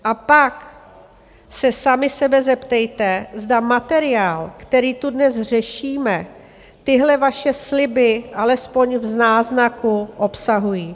A pak se sami sebe zeptejte, zda materiál, který tu dnes řešíme, tyhle vaše sliby alespoň v náznaku obsahují.